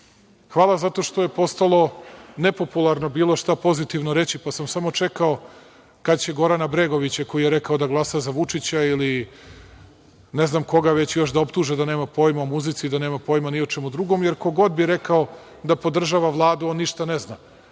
zato što je postalo nepopularno bilo šta pozitivno reći, pa sam samo čekao kad će Gorana Bregovića, koji je rekao da glasa za Vučića ili ne znam koga već da optuže da nema pojma o muzici i da nema pojma ni o čemu drugom, jer ko god bi rekao da podržava Vladu on ništa ne zna.